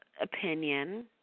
opinion